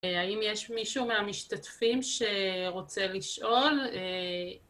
האם יש מישהו מהמשתתפים שרוצה לשאול?